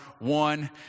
one